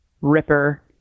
ripper